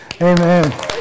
Amen